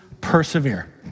persevere